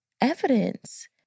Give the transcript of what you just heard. evidence